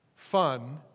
fun